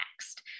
next